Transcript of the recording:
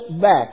back